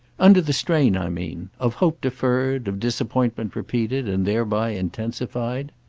under the strain, i mean, of hope deferred, of disappointment repeated and thereby intensified.